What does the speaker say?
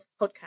podcast